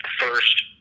first